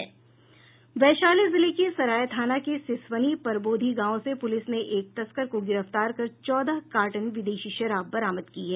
वैशाली जिले के सराय थाना के सिसवनी परबोधी गांव से पुलिस ने एक तस्कर को गिरफ्तार कर चौदह कार्टन विदेशी शराब बरामद की है